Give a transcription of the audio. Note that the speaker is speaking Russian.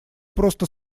просто